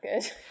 good